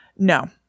No